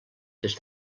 des